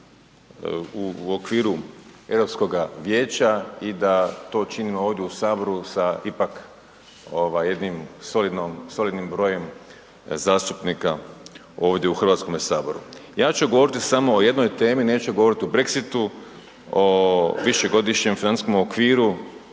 u okviru Europskoga vijeća i da to činimo ovdje u Saboru sa ipak jednim solidnim brojem zastupnika ovdje u Hrvatskome saboru. Ja ću govoriti samo o jednoj temi, neću govoriti o Brexitu, o višegodišnjem financijskom okviru,